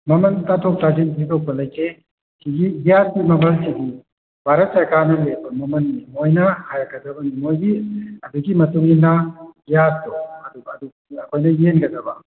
ꯃꯃꯜ ꯇꯥꯊꯣꯛ ꯇꯁꯤꯟ ꯊꯣꯏꯗꯣꯛꯄ ꯂꯩꯇꯦ ꯒ꯭ꯌꯥꯁꯀꯤ ꯃꯃꯜꯁꯤꯗꯤ ꯚꯥꯔꯠ ꯁꯔꯀꯥꯔꯅ ꯂꯦꯞꯄ ꯃꯃꯜꯅꯤ ꯃꯣꯏꯅ ꯍꯥꯏꯔꯛꯀꯗꯕꯅꯤ ꯃꯣꯏꯒꯤ ꯑꯗꯨꯒꯤ ꯃꯇꯨꯡ ꯏꯟꯅ ꯒ꯭ꯌꯥꯁꯇꯣ ꯑꯗꯨ ꯑꯗꯨ ꯑꯩꯈꯣꯏꯅ ꯌꯦꯟꯒꯗꯕ